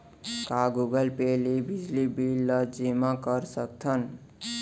का Google pay ले बिजली बिल ल जेमा कर सकथन?